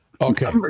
Okay